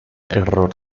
error